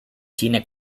cine